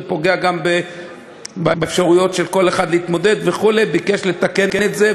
זה פוגע גם באפשרויות של כל אחד להתמודד וכו' הוא ביקש לתקן את זה,